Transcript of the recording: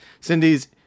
Cindy's